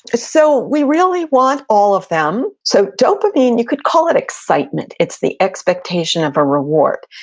so we really want all of them. so, dopamine, you could call it excitement, it's the expectation of a reward.